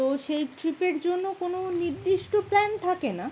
তো সেই ট্রিপের জন্য কোনো নির্দিষ্ট প্ল্যান থাকে না